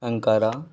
Ankara